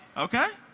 okay.